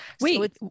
Wait